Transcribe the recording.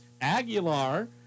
Aguilar